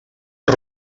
els